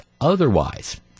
otherwise